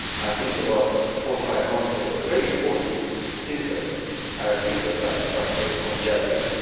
i think about four or five months ago, a very important thinker arab thinker died, passed away, called jaberi